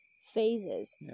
phases